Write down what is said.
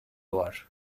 var